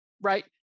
right